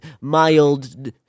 mild